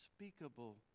unspeakable